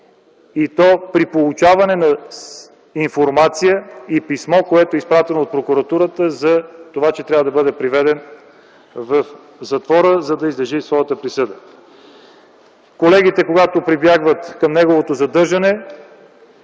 и то при получаване на информация и писмо, изпратено от Прокуратурата, че трябва да бъде приведен в затвора, за да излежи своята присъда. Когато колегите прибягват към неговото задържане,